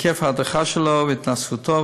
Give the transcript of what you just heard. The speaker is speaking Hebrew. היקף ההדרכה שלו והתנסותו,